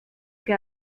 que